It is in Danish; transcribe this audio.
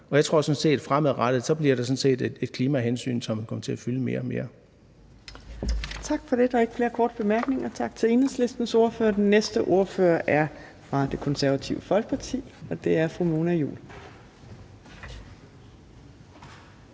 at det fremadrettet bliver et klimahensyn, som kommer til at fylde mere og mere. Kl. 16:23 Fjerde næstformand (Trine Torp): Der er ikke flere korte bemærkninger, så tak til Enhedslistens ordfører. Den næste ordfører er fra Det Konservative Folkeparti, og det er fru Mona Juul.